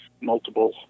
multiple